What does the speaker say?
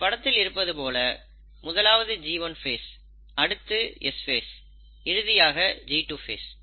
இந்தப் படத்தில் இருப்பது போல் முதலாவது G1 ஃபேஸ் அடுத்து S ஃபேஸ் இறுதியாக G2 ஃபேஸ்